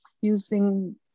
using